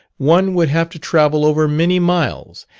one would have to travel over many miles,